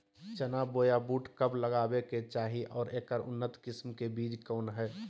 चना बोया बुट कब लगावे के चाही और ऐकर उन्नत किस्म के बिज कौन है?